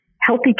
healthy